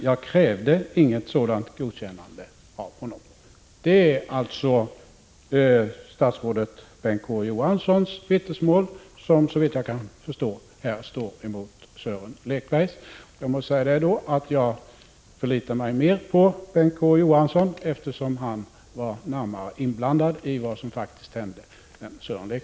Jag krävde inget sådant godkännande av honom.” Det är alltså statsrådet Bengt K. Å. Johanssons vittnesmål, vilket såvitt jag — Prot. 1985/86:146 förstår står emot Sören Lekbergs uppgifter. Jag förlitar mig mer på Bengt 21 maj 1986